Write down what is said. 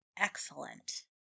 Excellent